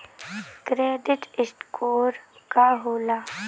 Credit score का होला?